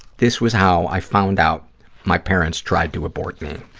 this was how i found out my parents tried to abort me.